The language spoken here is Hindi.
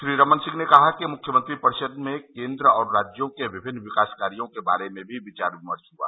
श्री रमन सिंह ने कहा कि मुख्यमंत्री परिषद में केंद्र और राज्यों के विभिन्न विकास कार्यों के बारे में भी विचार विमर्श हुआ